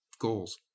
Goals